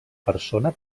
persona